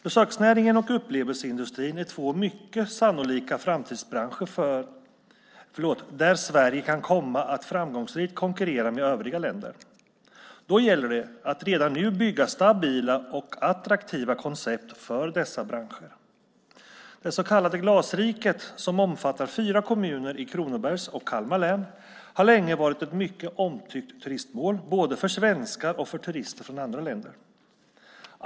Besöksnäringen och upplevelseindustrin är två mycket sannolika framtidsbranscher där Sverige kan komma att framgångsrikt konkurrera med övriga länder. Då gäller det att redan nu bygga stabila och attraktiva koncept för dessa branscher. Det så kallade Glasriket, som omfattar fyra kommuner i Kronobergs och Kalmar län, har länge varit ett mycket omtyckt turistmål, både för svenskar och för turister från andra länder.